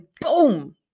boom